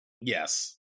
yes